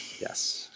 yes